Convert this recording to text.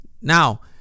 now